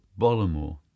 Bollamore